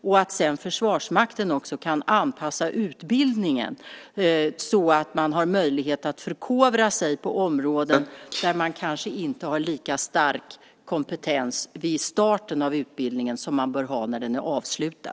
Sedan kan Försvarsmakten också anpassa utbildningen så att man har möjlighet att förkovra sig på områden där man kanske inte har lika stark kompetens vid starten av utbildningen som man bör ha när den är avslutad.